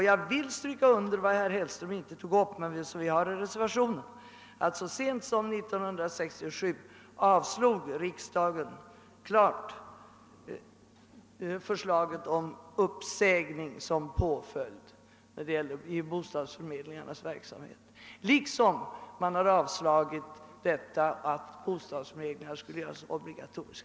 Jag vill också erinra om något som herr Hellström inte tog upp och som påpekas i reservationen, nämligen att riksdagen så sent som 1967 bestämt avslog förslaget om uppsägning som Ppåföljd i bostadsförmedlingarnas verksamhet liksom man avslagit förslaget att göra bostadsförmedling obligatorisk.